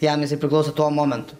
jam priklauso tuo momentu